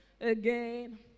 again